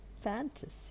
fantasy